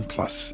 Plus